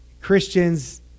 Christians